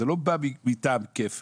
זה לא בא מטעם כפל,